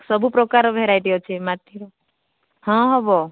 ସବୁ ପ୍ରକାରର ଭେରାଇଟ୍ ଅଛି ମାଟିର ହଁ ହବ